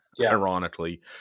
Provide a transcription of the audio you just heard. ironically